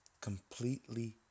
completely